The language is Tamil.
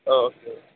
ஆ ஓகே